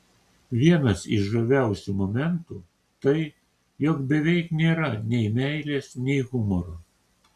vienas iš žaviausių momentų tai jog beveik nėra nei meilės nei humoro